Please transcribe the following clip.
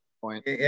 point